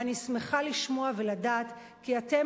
ואני שמחה לשמוע ולדעת כי אתם,